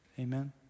Amen